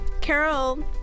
Carol